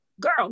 girl